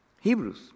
Hebrews